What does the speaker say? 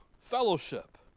Fellowship